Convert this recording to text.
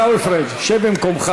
חבר הכנסת עיסאווי פריג', שב במקומך.